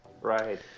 right